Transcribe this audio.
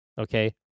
okay